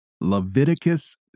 Leviticus